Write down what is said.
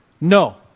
No